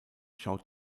schaut